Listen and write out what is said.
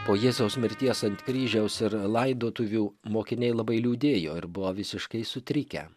po jėzaus mirties ant kryžiaus ir laidotuvių mokiniai labai liūdėjo ir buvo visiškai sutrikę